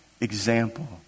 example